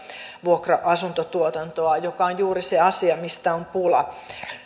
vuokra asuntotuotantoa joka on juuri se asia mistä on pula